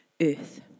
earth